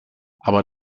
aber